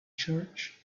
church